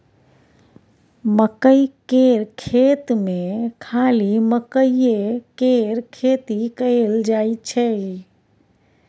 मकई केर खेत मे खाली मकईए केर खेती कएल जाई छै